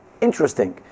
Interesting